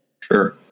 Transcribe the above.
Sure